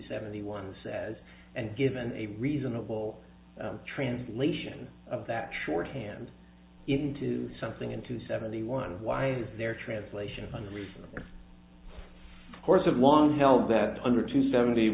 seventy one says and given a reasonable translation of that shorthand into something into seventy one why is there a translation of of hundreds of course of long held that under to seventy